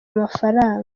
amafaranga